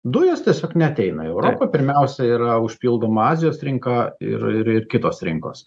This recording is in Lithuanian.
dujos tiesiog neateina į europą pirmiausia yra užpildoma azijos rinka ir ir ir kitos rinkos